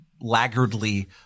laggardly